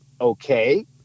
okay